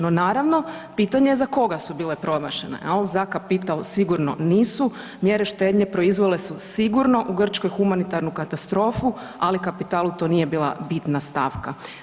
No naravno pitanje za koga su bile promašene, jel za kapital sigurno nisu, mjere štednje proizvele su sigurno u Grčkoj humanitarnu katastrofu, ali kapitalu to nije bila bitna stavka.